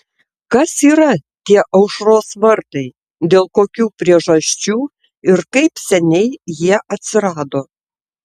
kas yra tie aušros vartai dėl kokių priežasčių ir kaip seniai jie atsirado